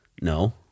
No